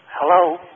Hello